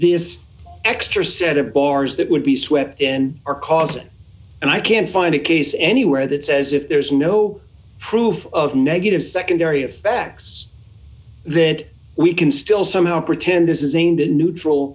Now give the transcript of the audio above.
it is extra set of bars that would be swept in or cause it and i can't find a case anywhere that says if there is no proof of negative secondary effects then we can still somehow pretend this is a neutral